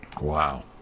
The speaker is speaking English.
Wow